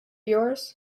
yours